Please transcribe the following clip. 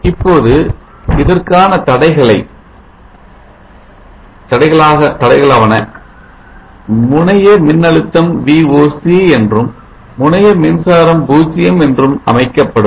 இப்போது இதற்கான தடைகளாவன முனைய மின்னழுத்தம் Voc என்றும் முனைய மின்சாரம் 0 என்றும் அமைக்கப்படும்